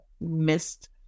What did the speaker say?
missed